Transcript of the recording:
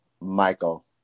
Michael